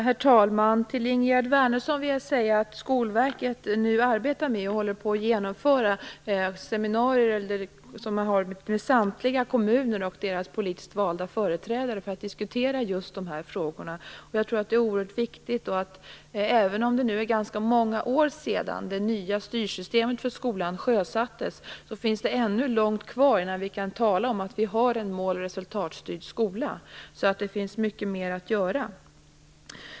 Herr talman! Till Ingegerd Wärnersson vill jag säga att Skolverket nu arbetar med och håller på att genomföra seminarier för samtliga kommuner och deras politiskt valda företrädare för att diskutera just de här frågorna. Jag tror att detta är oerhört viktigt. Även om det nu är ganska många år sedan det nya styrsystemet för skolan sjösattes är det ännu långt kvar till dess att vi kan tala om att vi har en mål och resultatstyrd skola. Det finns alltså mycket kvar att göra.